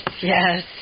yes